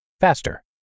faster